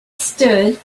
stood